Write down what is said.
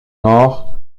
nord